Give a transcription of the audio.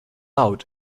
out